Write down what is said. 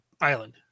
island